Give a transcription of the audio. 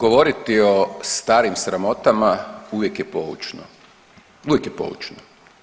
Govoriti o starim sramotama uvijek je poučno, uvijek je poučno.